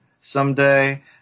someday